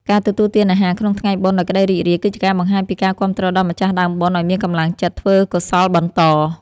ការទទួលទានអាហារក្នុងថ្ងៃបុណ្យដោយក្តីរីករាយ គឺជាការបង្ហាញពីការគាំទ្រដល់ម្ចាស់ដើមបុណ្យឱ្យមានកម្លាំងចិត្តធ្វើកុសលបន្ត។